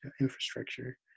infrastructure